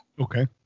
Okay